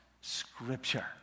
Scripture